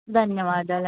ధన్యవాదాలు